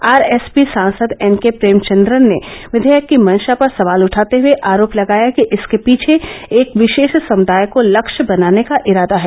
are S P सांसद N K Premachandran ने विधेयक की मंशा पर सवाल उठाते हुए आरोप लगाया कि इसके पीछे एक विशेष समुदाय को लक्ष्य बनाने का इरादा है